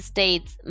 States